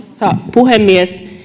puhemies